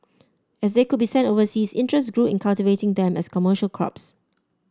as they could be sent overseas interest grew in cultivating them as commercial crops